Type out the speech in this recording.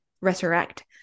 resurrect